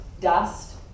dust